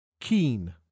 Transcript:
Keen